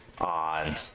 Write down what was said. on